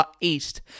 East